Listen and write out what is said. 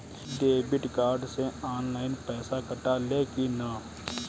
Debit card से online पैसा कटा ले कि ना?